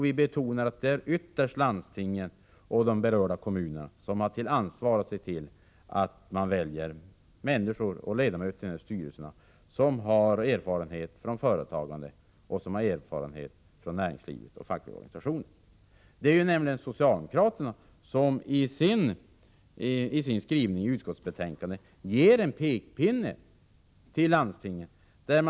Vi betonar att det ytterst är landstingen och de berörda kommunerna som har att se till att man väljer styrelseledamöter som har erfarenhet från företagande, näringsliv och fackliga organisationer. Det är nämligen socialdemokraterna som i sin skrivning i utskottsbetänkandet satt upp pekpinnar för landstingen.